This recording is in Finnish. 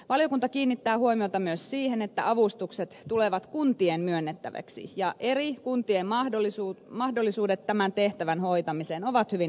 valiokunta kiinnittää huomiota myös siihen että avustukset tulevat kuntien myönnettäväksi ja eri kuntien mahdollisuudet tämän tehtävän hoitamiseen ovat hyvin erilaiset